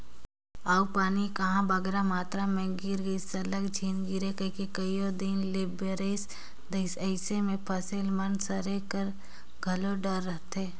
अउ पानी कहांे बगरा मातरा में गिर गइस सरलग झेर कइर के कइयो दिन ले बरेस देहिस अइसे में फसिल मन कर सरे कर घलो डर रहथे